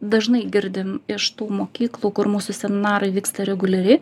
dažnai girdim iš tų mokyklų kur mūsų seminarai vyksta reguliariai